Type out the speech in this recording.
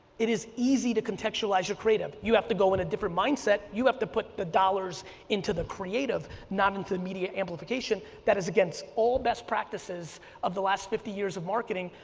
it is easy to contextualize your creative, you have to go in a different mindset, you have to put the dollars into the creative not into the media amplification, that is against old best practices of the last fifty years of marketing,